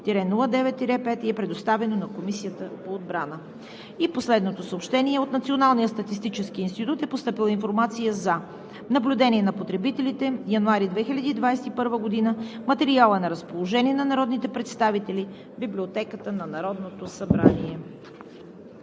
103-09-5 и е предоставено на Комисията по отбрана. От Националния статистически институт е постъпила информация за Наблюдение на потребителите – януари 2021 г. Материалът е на разположение на народните представители в Библиотеката на Народното събрание.